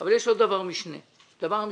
אבל יש עוד דבר משני וזאת הכלכלה.